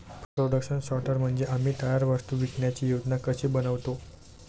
production sorter म्हणजे आम्ही तयार वस्तू विकण्याची योजना कशी बनवतो